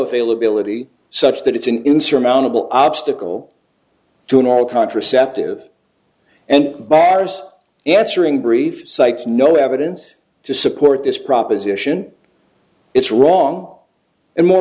bioavailability such that it's an insurmountable obstacle to an oral contraceptive and bars answering brief cites no evidence to support this proposition it's wrong and more